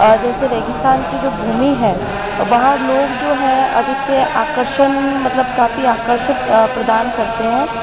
जैसे रेगिस्तान की जो भूमि है वहाँ लोग जो हैं अधिक्य आकर्षण मतलब काफी आकर्षित प्रदान करते हैं